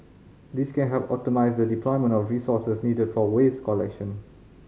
this can help optimise the deployment of resources needed for waste collection